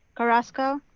carrasco,